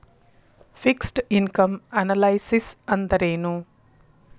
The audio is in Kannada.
ಫಿಕ್ಸ್ಡ್ ಇನಕಮ್ ಅನಲೈಸಿಸ್ ಅಂದ್ರೆನು?